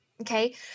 Okay